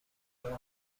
آدما